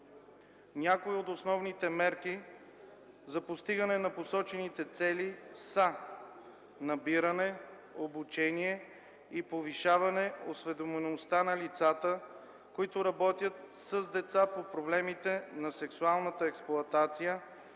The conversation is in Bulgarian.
Някои от основните мерки за постигане на посочените цели са: набиране, обучение и повишаване осведомеността на лицата, които работят с деца по проблемите на сексуалната експлоатация